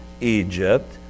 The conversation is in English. Egypt